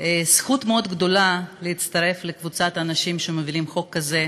זו זכות מאוד גדולה להצטרף לקבוצת אנשים שמובילים חוק כזה,